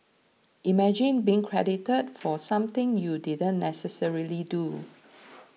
imagine being credited for something you didn't necessarily do